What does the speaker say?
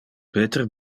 peter